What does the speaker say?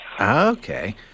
Okay